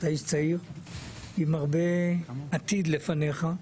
אתה איש צעיר עם הרבה עתיד לפניך.